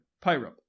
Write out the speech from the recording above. PYRO